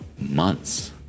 months